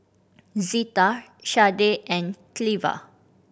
Zita Shardae and Cleva